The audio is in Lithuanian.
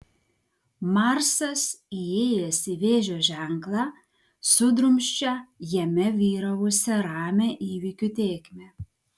marsas įėjęs į vėžio ženklą sudrumsčia jame vyravusią ramią įvykių tėkmę